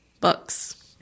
Books